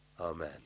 Amen